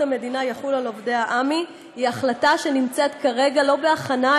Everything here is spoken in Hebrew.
המדינה יחול על עובדי עמ"י היא החלטה שנמצאת כרגע לא בהכנה,